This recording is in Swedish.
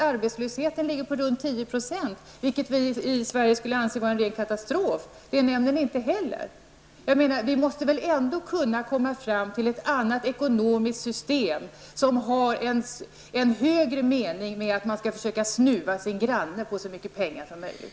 arbetslösheten ligger på ca 10 %, vilket vi i Sverige skulle anse vara en ren katastrof nämner ni inte heller. Vi måste väl ändå kunna komma fram till ett annat ekonomiskt system där det finns en högre mening än att man skall försöka snuva sin granne på så mycket pengar som möjligt.